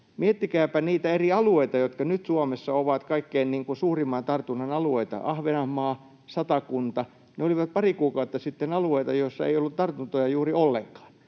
Miettikääpä niitä alueita, jotka nyt Suomessa ovat kaikkein suurimman tartunnan alueita, Ahvenanmaata ja Satakuntaa. Ne olivat pari kuukautta sitten alueita, joissa ei ollut tartuntoja juuri ollenkaan.